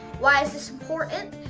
why is this important?